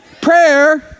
Prayer